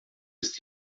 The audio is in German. ist